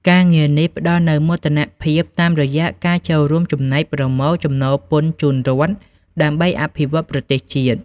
ការងារនេះផ្តល់នូវមោទនភាព តាមរយៈការចូលរួមចំណែកប្រមូលចំណូលពន្ធជូនរដ្ឋ ដើម្បីអភិវឌ្ឍប្រទេសជាតិ។